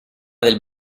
del